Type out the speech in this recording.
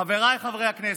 חבריי חברי הכנסת,